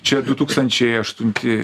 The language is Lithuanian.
čia du tūkstančiai aštunti